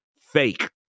Fake